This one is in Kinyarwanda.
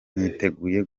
niteguye